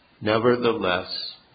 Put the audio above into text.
Nevertheless